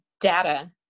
data